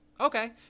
Okay